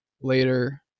later